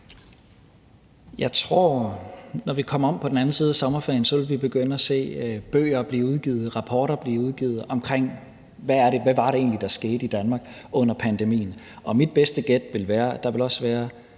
Jeg tror, når vi kommer om på den anden side af sommerferien, at vi vil begynde at se bøger blive udgivet, rapporter blive udgivet om, hvad det egentlig var, der skete i Danmark under pandemien. Og mit bedste gæt vil være, at der også vil